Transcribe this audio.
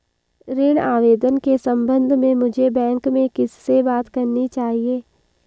ऋण आवेदन के संबंध में मुझे बैंक में किससे बात करनी चाहिए?